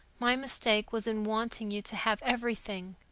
my mistake was in wanting you to have everything.